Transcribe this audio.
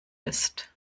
ist